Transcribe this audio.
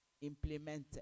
implemented